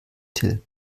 till